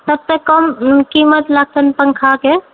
सबसे कम कीमत लगतनि पङ्खाके